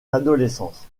adolescence